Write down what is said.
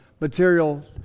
material